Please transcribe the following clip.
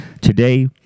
Today